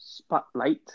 spotlight